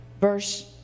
Verse